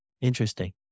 interesting